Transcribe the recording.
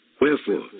Wherefore